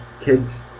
Kids